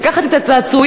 לקחת את הצעצועים,